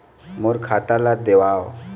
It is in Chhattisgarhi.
मोर खाता ला देवाव?